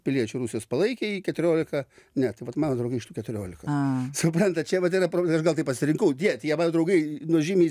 piliečių rusijos palaikė jį keturiolika ne tai vat mano draugai iš tų keturiolikos suprantat čia vat yra aš gal taip pasirinkau dėt jie mano draugai nuo žymiai